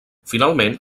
finalment